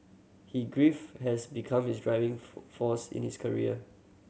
he grief has become his driving force in his career